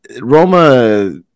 Roma